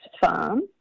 farm